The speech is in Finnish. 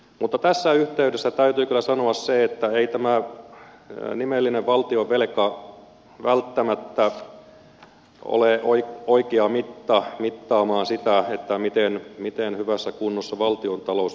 mutta tässä yhteydessä täytyy kyllä sanoa se että ei tämä nimellinen valtionvelka välttämättä ole oikea mitta mittaamaan sitä miten hyvässä kunnossa valtiontalous välttämättä edes on